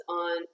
on